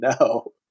no